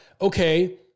okay